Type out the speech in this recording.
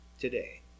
today